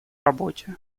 работе